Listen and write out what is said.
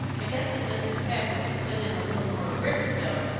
i guess if mr. peck was to put in a little more brimstone,